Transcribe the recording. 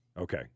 Okay